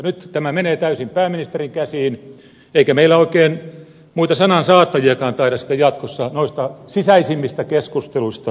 nyt tämä menee täysin pääministerin käsiin eikä meillä oikein muita sanansaattajiakaan taida jatkossa noista sisäisimmistä keskusteluista olla